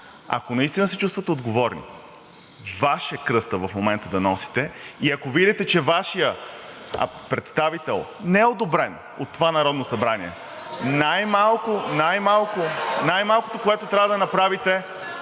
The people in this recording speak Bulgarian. ако наистина се чувствате отговорни – Ваш е кръстът в момента да носите, и ако видите, че Вашият представител не е одобрен от това Народно събрание (силен шум и реплики от ГЕРБ-СДС), най-малкото, което трябва да направите,